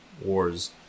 Wars